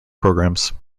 programs